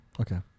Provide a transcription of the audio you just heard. Okay